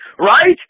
Right